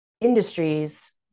industries